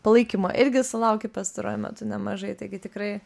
palaikymo irgi sulauki pastaruoju metu nemažai taigi tikrai